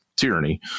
tyranny